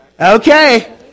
Okay